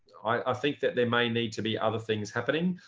i think that there may need to be other things happening.